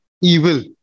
evil